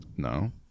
No